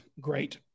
great